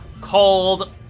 called